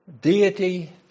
deity